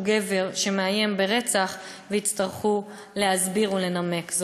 של גבר שמאיים ברצח כשיצטרכו להסביר ולנמק זאת.